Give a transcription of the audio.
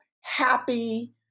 happy